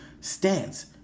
stance